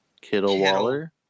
Kittle-Waller